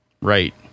Right